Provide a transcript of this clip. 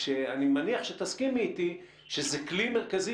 כשאני מניח שתסכימי איתי שזה כלי מרכזי